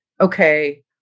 okay